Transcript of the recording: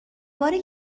باری